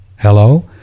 Hello